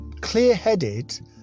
clear-headed